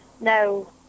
no